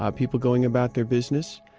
ah people going about their business.